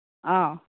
ꯑꯧ